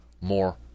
more